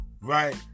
right